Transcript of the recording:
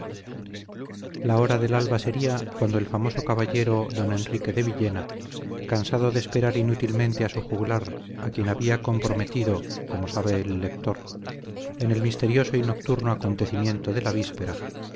la hora del alba sería cuando el famoso caballero dor enrique de villena cansado de esperar inútilmente a su juglar a quien había comprometido como sabe el lector en el misterioso y nocturno acontecimiento de la víspera